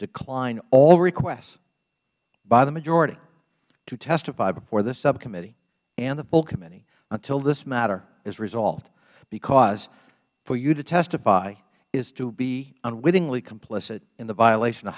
decline all requests by the majority to testify before this subcommittee and the full committee until this matter is resolved because for you to testify is to be unwittingly complicit in the violation of